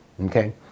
Okay